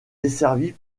desservie